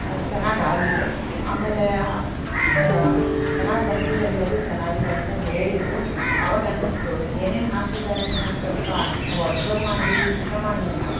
ಚೆನ್ನಾಗಿ ಆಗಿದೆ ಆಮೇಲೆ ಚೆನ್ನಾಗಿ ಬಂತು ಎಲ್ಲರೂ ಚೆನ್ನಾಗಿದೆ ಅಂತ ಹೇಳಿದ್ರು ಅವಾಗ ಅನ್ನಿಸ್ತು ಏನೇನು ಹಾಕಿದ್ದಾರೆ ಅನ್ನೋದು ಸ್ವಲ್ಪ ನಾವು ಅಬ್ಸರ್ವ್ ಮಾಡಿ ಊಟ ಮಾಡುವಾಗ